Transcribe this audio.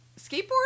skateboard